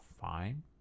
fine